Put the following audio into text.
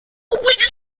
wages